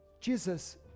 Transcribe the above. Jesus